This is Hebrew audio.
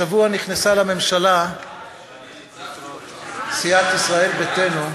השבוע נכנסה לממשלה סיעת ישראל ביתנו,